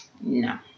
No